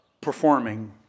performing